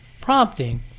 prompting